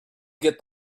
get